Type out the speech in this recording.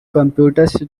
computers